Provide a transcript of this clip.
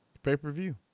pay-per-view